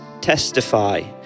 testify